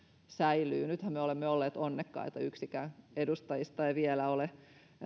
säilyy nythän me olemme olleet onnekkaita yksikään edustajista ei vielä ole